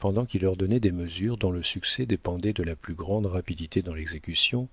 pendant qu'il ordonnait des mesures dont le succès dépendait de la plus grande rapidité dans l'exécution